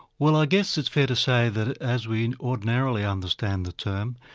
well, i guess it's fair to say that as we ordinarily understand the term,